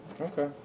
Okay